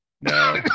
No